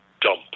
dump